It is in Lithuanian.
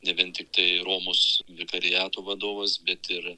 ne vien tiktai romos vikariato vadovas bet ir